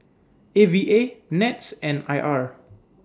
A V A Nets and I R